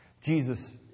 Jesus